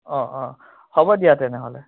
অঁ অঁ হ'ব দিয়া তেনেহ'লে